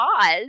cause